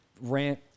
rant